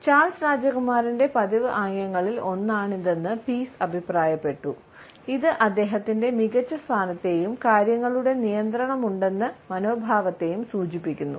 Charles രാജകുമാരന്റെ പതിവ് ആംഗ്യങ്ങളിൽ ഒന്നാണിതെന്ന് പീസ് അഭിപ്രായപ്പെട്ടു ഇത് അദ്ദേഹത്തിന്റെ മികച്ച സ്ഥാനത്തെയും കാര്യങ്ങളുടെ നിയന്ത്രണമുണ്ടെന്ന മനോഭാവത്തെയും സൂചിപ്പിക്കുന്നു